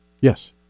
yes